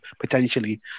potentially